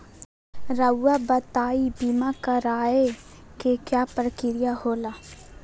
रहुआ बताइं बीमा कराए के क्या प्रक्रिया होला?